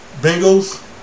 Bengals